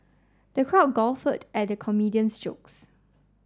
the crowd guffawed at the comedian's jokes